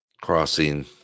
crossing